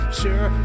sure